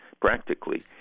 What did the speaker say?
practically